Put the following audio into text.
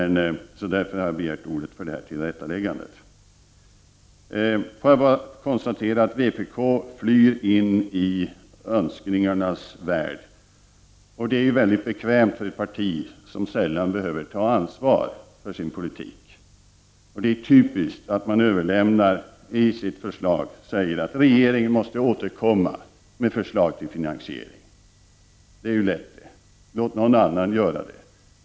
Därför har jag begärt ordet för detta tillrättaläggande. Så vill jag bara konstatera att vpk flyr in i önskningarnas värld. Det är ju väldigt bekvämt för ett parti som sällan behöver ta ansvar för sin politik. Det är typiskt att vpk säger i sitt förslag att regeringen måste återkomma med förslag till finansiering. Det är ju lätt att låta någon annan göra det.